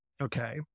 Okay